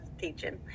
teaching